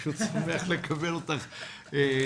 פשוט שמח לקבל אותך חזרה.